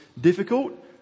difficult